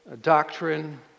doctrine